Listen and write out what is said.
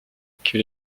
que